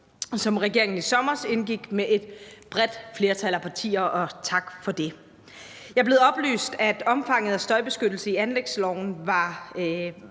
som regeringen i sommers indgik med et bredt flertal af partier, og tak for det. Jeg er blevet oplyst, at omfanget af støjbeskyttelse i anlægsloven